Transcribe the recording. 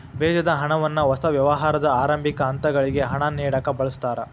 ಬೇಜದ ಹಣವನ್ನ ಹೊಸ ವ್ಯವಹಾರದ ಆರಂಭಿಕ ಹಂತಗಳಿಗೆ ಹಣ ನೇಡಕ ಬಳಸ್ತಾರ